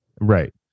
Right